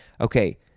Okay